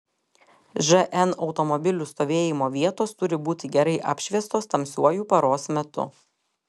žn automobilių stovėjimo vietos turi būti gerai apšviestos tamsiuoju paros metu